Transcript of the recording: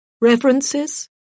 References